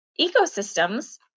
ecosystems